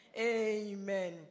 Amen